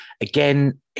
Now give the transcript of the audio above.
again